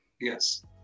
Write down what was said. Yes